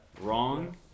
wrong